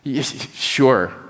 Sure